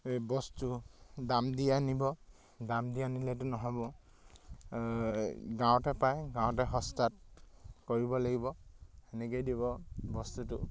এই বস্তু দাম দি আনিব দাম দি আনিলেতো নহ'ব গাঁৱতে পায় গাঁৱতে সস্তাত কৰিব লাগিব সেনেকৈয়ে দিব বস্তুটো